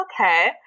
okay